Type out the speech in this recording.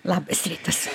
labas rytas